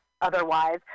otherwise